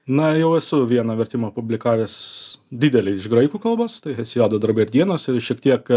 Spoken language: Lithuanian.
na jau esu vieną vertimą publikavęs didelį iš graikų kalbos heziodo darbai ir dienos šiek tiek